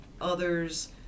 others